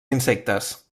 insectes